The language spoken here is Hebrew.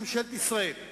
מנהג איזה קומיסר של הכנסת,